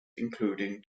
including